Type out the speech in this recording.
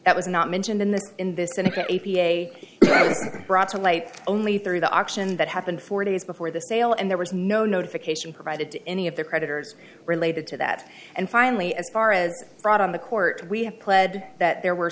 was not mentioned in the in this and that a p a was brought to light only through the auction that happened four days before the sale and there was no notification provided to any of the creditors related to that and finally as far as brought on the court we have pled that there were